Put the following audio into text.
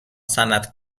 صنعت